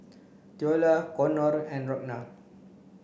Theola Konnor and Ragna